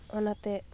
ᱚᱱᱟᱛᱮ